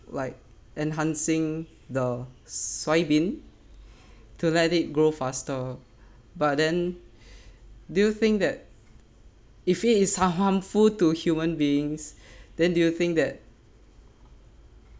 like enhancing the soybean to let it grow faster but then do you think that if it is har~ harmful to human beings then do you think that